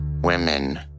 women